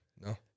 No